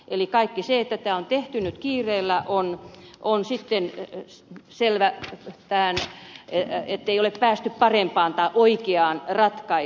eli kun tämä on tehty nyt kiireellä on sitten selvä ettei ole päästy parempaan tai oikeaan ratkaisuun